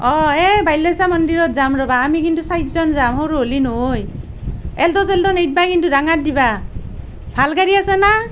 অঁ এই বিল্বেশ্বৰ মন্দিৰত যাম ৰ'বা আমি কিন্তু চাৰিজন যাওঁ সৰু হ'লে নহয় এল্টো চেল্টো নিদিবা কিন্তু ডাঙৰ দিবা ভাল গাড়ী আছে নাই